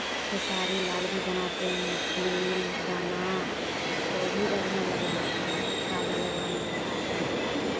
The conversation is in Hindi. खेसारी लाल भी बनाते हैं फिल्म गाना तो भी बढ़ियाँ लग रहा था काजल राघवानी के साथ